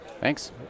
Thanks